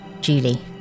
Julie